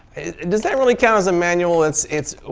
does that really count as a manual? it's it's ah